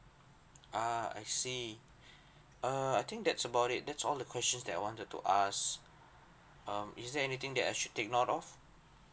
ah I see err I think that's about it that's all the questions that I wanted to ask um is there anything that I should take note of